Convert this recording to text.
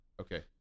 Okay